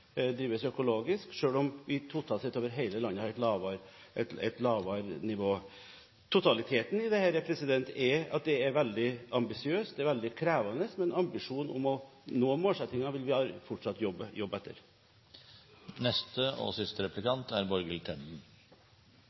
drives økologisk, selv om vi totalt sett over hele landet har et lavere nivå. Totaliteten i dette er at det er veldig ambisiøst, det er veldig krevende, men ambisjonen om å nå målsettingen vil vi fortsatt jobbe etter.